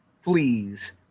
fleas